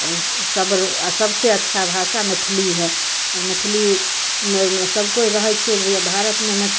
सब आओर सबसे अच्छा भाषा मैथिली हइ आओर मैथिलीमे सभ कोइ रहै छिए भारतमे मै